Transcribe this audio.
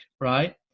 right